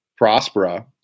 Prospera